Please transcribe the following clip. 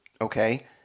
okay